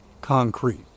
concrete